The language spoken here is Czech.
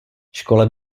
škole